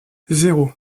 zéro